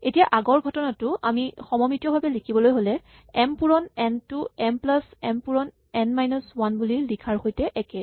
এতিয়া আগৰ ঘটনাটো আমি সমমিতীয় ভাৱে লিখিবলৈ হ'লে এম পূৰণ এন টো এম প্লাচ এম পূৰণ এন মাইনাচ ৱান বুলি লিখাৰ সৈতে একে